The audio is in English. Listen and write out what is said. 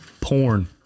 porn